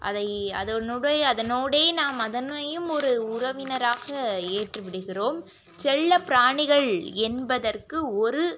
அதை அதுனுடைய அதனோடு நாம் அதனையும் ஒரு உறவினராக ஏற்றுவிடுகிறோம் செல்லப்பிராணிகள் என்பதற்கு ஒரு